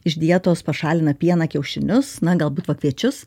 iš dietos pašalina pieną kiaušinius na galbūt va kviečius